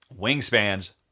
Wingspans